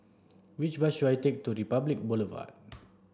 which bus should I take to Republic Boulevard